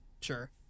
Sure